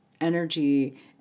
energy